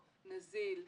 נזיל,